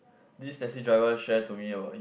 this taxi driver share to me about